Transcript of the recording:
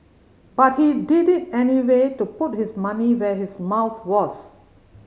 but he did it anyway to put his money where his mouth was